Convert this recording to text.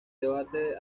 debate